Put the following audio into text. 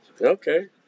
Okay